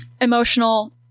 emotional